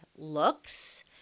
looks